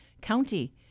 County